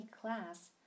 class